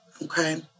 Okay